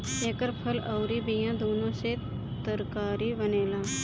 एकर फल अउर बिया दूनो से तरकारी बनेला